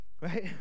right